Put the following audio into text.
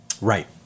Right